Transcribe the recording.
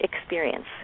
experience